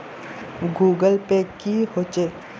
Google Pay की होचे?